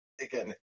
Again